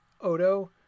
Odo